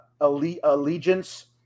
allegiance